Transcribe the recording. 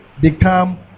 become